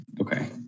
Okay